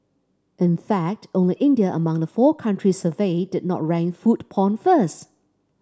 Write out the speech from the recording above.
in fact only India among the four countries surveyed did not rank food porn first